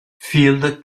field